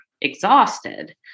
exhausted